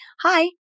Hi